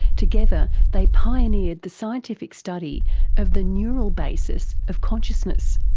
together they pioneered the scientific study of the neural basis of consciousness.